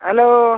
hello